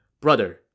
Brother